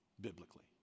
biblically